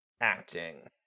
acting